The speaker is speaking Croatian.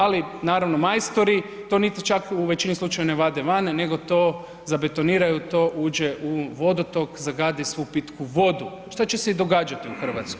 Ali naravno majstori to niti čak u većini slučajeva ne vade van nego to zabetoniraju i to uđe u vodotok, zagadi svu pitku vodu šta će se i događati u Hrvatskoj.